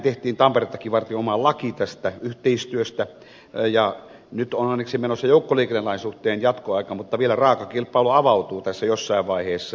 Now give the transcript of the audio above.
mehän teimme tamperettakin varten oman lain tästä yhteistyöstä ja nyt on onneksi menossa joukkoliikennelain suhteen jatkoaika mutta vielä raaka kilpailu avautuu tässä jossain vaiheessa